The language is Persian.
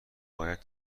باید